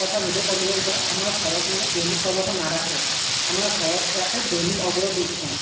কথা যদি ক'বলৈ যাওঁ আমাৰ ঘৰত মানে দৈনিক খবৰখন নাৰাখে আমাৰ ঘৰত ৰাখে দৈনিক অগ্ৰদূতখন